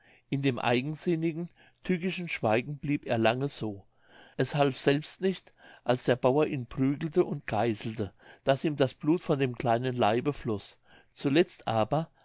in dem eigensinnigen tückischen schweigen blieb er lange so es half selbst nicht als der bauer ihn prügelte und geißelte daß ihm das blut von dem kleinen leibe floß zuletzt aber